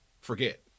forget